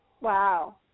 Wow